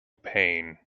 pain